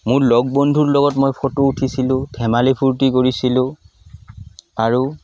মোৰ লগ বন্ধুৰ লগত মই ফটো উঠিছিলোঁ ধেমালি ফূৰ্তি কৰিছিলোঁ আৰু